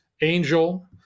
angel